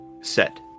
Set